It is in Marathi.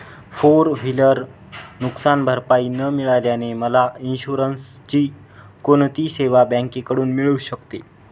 फोर व्हिलर नुकसानभरपाई न मिळाल्याने मला इन्शुरन्सची कोणती सेवा बँकेकडून मिळू शकते?